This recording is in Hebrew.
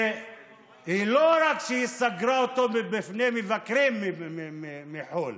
לא רק שהיא סגרה אותו בפני מבקרים מחו"ל,